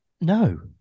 No